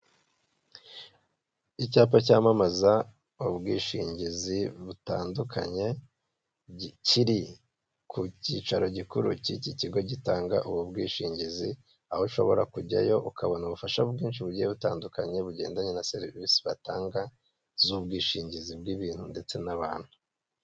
Icyapa cyamamaza ubwishingizi butandukanye kiri ku cyicaro gikuru cy'iki kigo gitanga ubu bwishingizi, aho ushobora kujyayo ukabona ubufasha bwinshi bugiye butandukanye bugendanye na serivisi batanga, z'ubwishingizi bw'ibintu ndetse n'abantu.